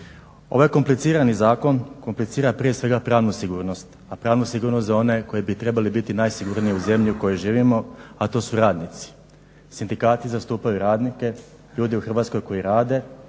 ovaj komplicirani zakon komplicira prije svega pravnu sigurnost, a pravnu sigurnost koji bi trebali biti najsigurniji u zemlji u kojoj živimo, a to su radnici. Sindikati zastupaju radnike, ljude u Hrvatskoj koji rade